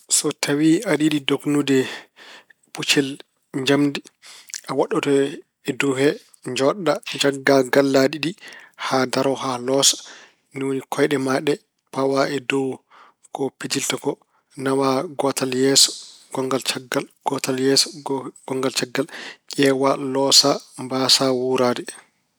So tawi aɗa yiɗi dognude puccel njamndi, a waɗɗoto e dow he, njooɗoɗa, njaggaa kallaaɗi ɗi haa daro haa loosa. Ni woni kooyɗe ma ɗe, pawaa e dow ko bedilta ko. Nawa gootal yeeso, gonngal caggal, gootal yeeso, gonngal caggal. Ƴeewa loosa, mbasaa wuuraade.